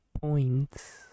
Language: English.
points